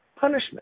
punishment